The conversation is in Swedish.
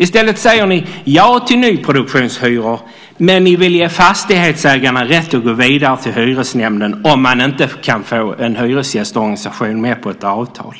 I stället säger ni ja till nyproduktionshyror. Men ni vill ge fastighetsägarna rätt att gå vidare till hyresnämnden om man inte kan få en hyresgästorganisation med på ett avtal.